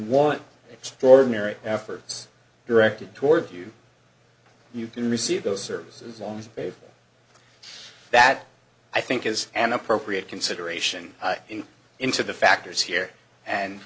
mary efforts directed towards you you can receive those services loans that i think is an appropriate consideration in into the factors here and